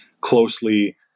closely